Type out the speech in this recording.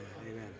amen